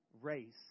race